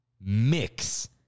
mix